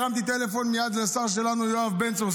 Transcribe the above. הרמתי טלפון מייד לשר שלנו יואב בן צור,